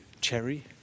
cherry